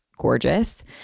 gorgeous